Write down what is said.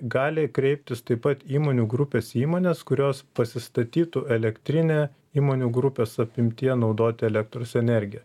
gali kreiptis taip pat įmonių grupės įmonės kurios pasistatytų elektrinę įmonių grupės apimtyje naudoti elektros energiją